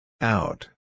Out